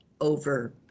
over